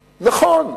נכון,